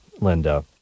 Linda